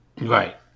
right